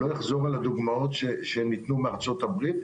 לא אחזור על הדוגמאות שניתנו מארצות הברית,